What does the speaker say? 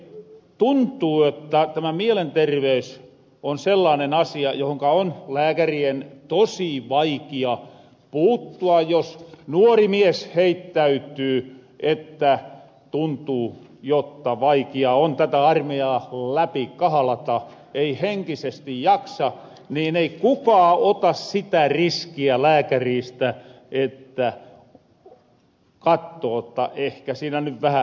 tuntuu jotta tämä mielenterveys on sellaanen asia johonka on lääkärien tosi vaikia puuttua jos nuori mies heittäytyy että tuntuu jotta vaikia on tätä armeijaa läpi kahalata ei henkisesti jaksa niin ei kukaa ota sitä riskiä lääkäriistä että kattoo jotta ehkä siinä ny vähä narratahan